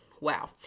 Wow